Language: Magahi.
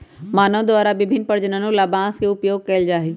मानव द्वारा विभिन्न प्रयोजनों ला बांस के उपयोग कइल जा हई